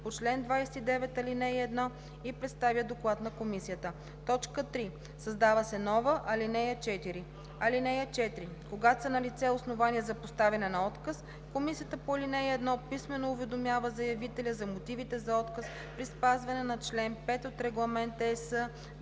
по чл. 29, ал. 1 и представя доклад на комисията.“ 3. Създава се нова ал. 4: „(4) Когато са налице основания за постановяване на отказ, комисията по ал. 1 писмено уведомява заявителя за мотивите за отказ при спазване на чл. 5 от Регламент (ЕС)